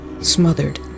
smothered